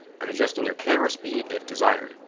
and adjusting your camera speed if desired.